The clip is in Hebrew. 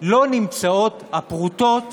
לא נמצאות הפרוטות